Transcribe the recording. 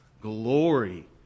Glory